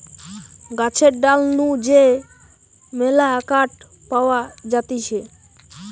গাছের ডাল নু যে মেলা কাঠ পাওয়া যাতিছে